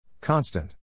Constant